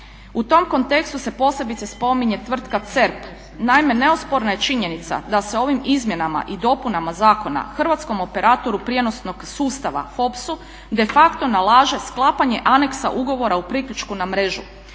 U tom kontekstu se posebice spominje tvrtka CERP. Naime, neosporna je činjenica da se ovim izmjenama i dopunama zakona Hrvatskom operatoru prijenosnog sustava HOPS-u de facto nalaže sklapanje aneksa ugovora o priključku na mrežu.